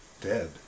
dead